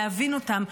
להבין אותן,